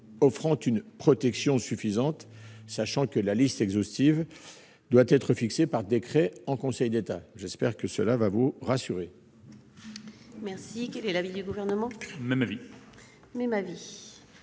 offrant une protection suffisante », dont la liste exhaustive doit être fixée par décret en Conseil d'État. J'espère que cette précision vous rassurera,